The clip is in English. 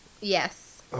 Yes